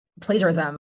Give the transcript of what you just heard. plagiarism